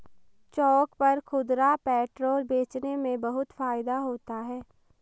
चौक पर खुदरा पेट्रोल बेचने में बहुत फायदा होता है